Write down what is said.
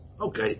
Okay